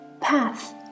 Path